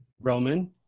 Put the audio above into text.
Roman